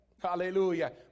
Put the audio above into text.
Hallelujah